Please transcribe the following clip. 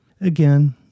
Again